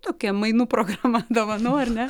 tokia mainų programa dovanų ar ne